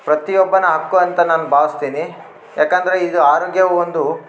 ಪ್ರತಿಯೊಬ್ಬನ ಹಕ್ಕು ಅಂತ ನಾನು ಭಾವಿಸ್ತೀನಿ ಯಾಕಂದರೆ ಇದು ಆರೋಗ್ಯವು ಒಂದು